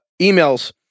Emails